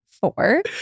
four